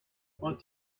want